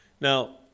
Now